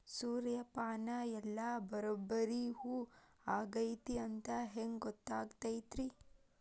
ಸೂರ್ಯಪಾನ ಎಲ್ಲ ಬರಬ್ಬರಿ ಹೂ ಆಗೈತಿ ಅಂತ ಹೆಂಗ್ ಗೊತ್ತಾಗತೈತ್ರಿ?